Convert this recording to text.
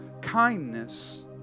kindness